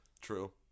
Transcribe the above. True